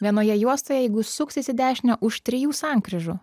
vienoje juostoje jeigu suksis į dešinę už trijų sankryžų